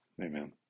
Amen